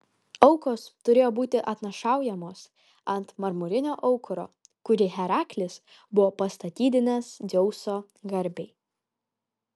aukos turėjo būti atnašaujamos ant marmurinio aukuro kurį heraklis buvo pastatydinęs dzeuso garbei